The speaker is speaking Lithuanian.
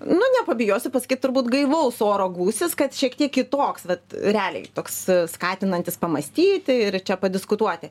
nu nepabijosiu pasakyt turbūt gaivaus oro gūsis kad šiek tiek kitoks vat realiai toks skatinantis pamąstyti ir čia padiskutuoti